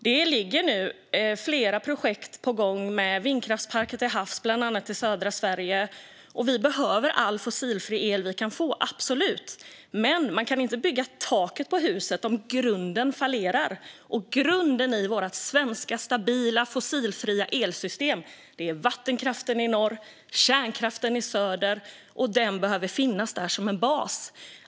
Det är nu flera projekt på gång med vindkraftsparker till havs bland annat i södra Sverige. Vi behöver all fossilfri el vi kan få, absolut. Men man kan inte bygga taket på huset om grunden fallerar. Grunden i vårt svenska stabila fossilfria elsystem är vattenkraften i norr och kärnkraften i söder. Den behöver finnas där som en bas.